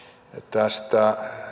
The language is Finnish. tästä